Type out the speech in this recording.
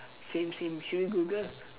same same should we Google